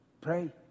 Pray